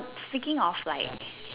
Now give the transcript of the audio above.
speaking of like